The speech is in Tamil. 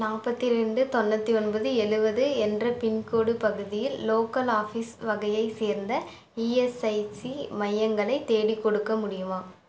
நாற்பத்தி ரெண்டு தொண்ணூற்றி ஒன்பது எழுவது என்ற பின்கோடு பகுதியில் லோக்கல் ஆஃபீஸ் வகையை சேர்ந்த ஈஎஸ்ஐசி மையங்களை தேடிக்கொடுக்க முடியுமா